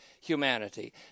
humanity